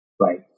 right